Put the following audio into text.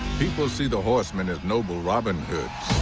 people see the horsemen as noble robin hoods